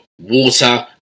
water